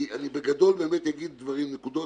בגדול, אני אגיד נקודות